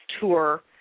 tour